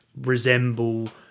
resemble